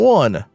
one